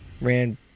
ran